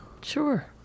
Sure